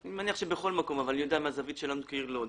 אני יודע שכך זה בכל מקום אבל אני יודע מהזווית שלנו כעיר לוד.